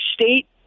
state